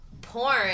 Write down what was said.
porn